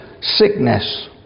sickness